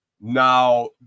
now